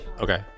Okay